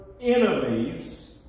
enemies